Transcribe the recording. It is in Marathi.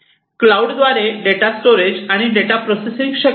क्लाऊड द्वारे डेटा स्टोरेज आणि डेटा प्रोसेसिंग शक्य आहे